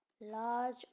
large